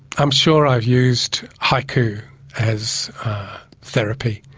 i'm sure i've used haiku as therapy,